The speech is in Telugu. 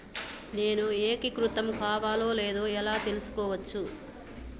నేను ఏకీకృతం కావాలో లేదో ఎలా తెలుసుకోవచ్చు?